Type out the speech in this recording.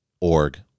org